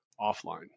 offline